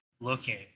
looking